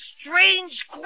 strange